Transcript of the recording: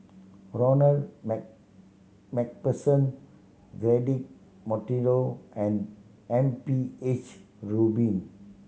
Ronald Mac Macpherson Cedric Monteiro and M P H Rubin